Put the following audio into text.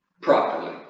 properly